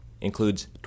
includes